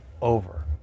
over